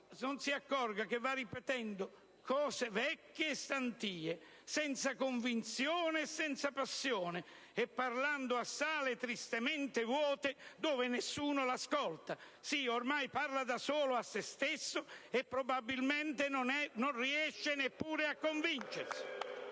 non si accorga che va ripetendo cose vecchie e stantie, senza convinzione e senza passione, e parlando a sale tristemente vuote, dove nessuno l'ascolta. Sì, ormai parla da solo, a se stesso, e probabilmente non riesce neppure a convincersi!